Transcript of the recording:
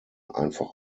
einfach